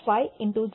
5 into 0